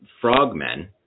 frogmen